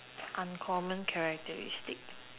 uncommon characteristic